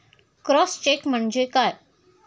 Cross check म्हणजे काय?